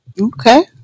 Okay